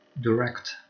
direct